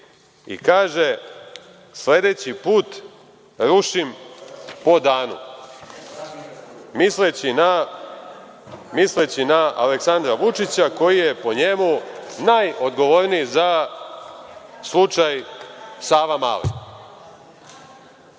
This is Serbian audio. i kaže: „Sledeći put rušim po danu“, misleći na Aleksandra Vučića, koji je po njemu najodgovorniji za slučaj Savamale. Onda